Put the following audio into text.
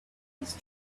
his